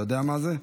אתה יודע מה זה?